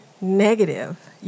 negative